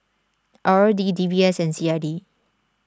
R O D D B S and C I D